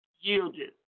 yielded